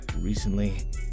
recently